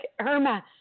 Irma